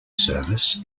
service